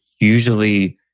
usually